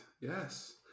yes